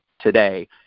today